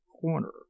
corner